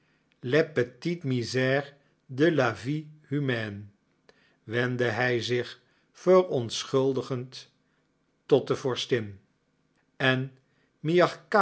misères de la vie humaine wendde hij zich verontschuldigend tot de vorstin en